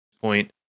point